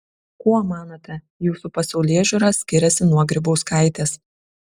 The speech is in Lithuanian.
kuo manote jūsų pasaulėžiūra skiriasi nuo grybauskaitės